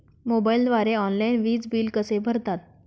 मोबाईलद्वारे ऑनलाईन वीज बिल कसे भरतात?